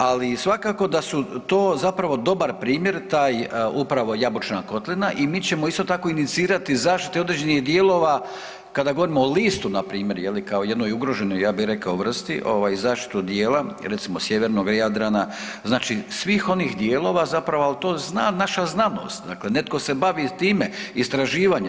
Ali svakako da su to zapravo dobar primjer, taj upravo Jabučna kotlina, i mi ćemo isto tako inicirati zaštite određenih dijelova, kada govorimo o listu npr. kao jednoj ugroženoj, ja bih rekao vrsti, zaštitu dijela, recimo sjevernoga Jadrana, znači svih onih dijelova zapravo, ali to zna naša znanost, dakle netko se bavi time, istraživanje.